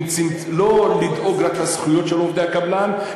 לא לדאוג רק לזכויות של עובדי הקבלן,